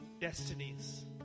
destinies